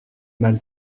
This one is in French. mal